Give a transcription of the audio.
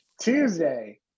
Tuesday